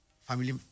family